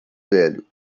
velho